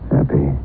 Happy